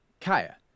kaya